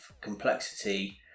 complexity